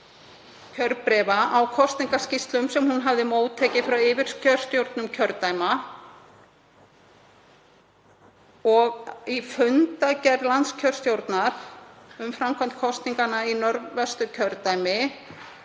kjörbréfa á kosningaskýrslum sem hún hafði móttekið frá yfirkjörstjórnum kjördæma. Í fundargerð landskjörstjórnar um framkvæmd kosninganna í Norðvesturkjördæmi